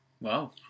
Wow